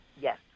yes